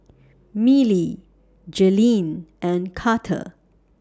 Miley Jailene and Karter